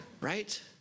Right